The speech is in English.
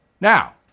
Now